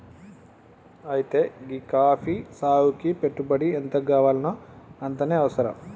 అయితే గీ కాఫీ సాగుకి పెట్టుబడి ఎంతగావాల్నో అంతనే అవసరం